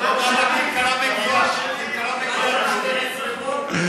הכרכרה מגיעה ב-24:00